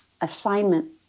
assignment